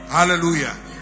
Hallelujah